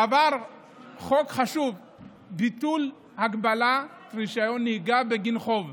עבר חוק חשוב: ביטול הגבלת רישיון נהיגה בגין חוב,